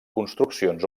construccions